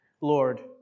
Lord